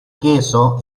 queso